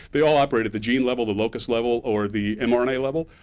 they all operate at the gene level, the locus level, or the mrna level,